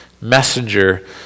messenger